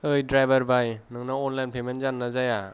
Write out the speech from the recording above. ओइ ड्राइभार भाइ नोंनाव अनलाइन पेमेन्ट जागोन ना जाया